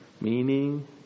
meaning